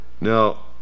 Now